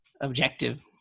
objective